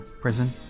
prison